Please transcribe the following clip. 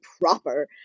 proper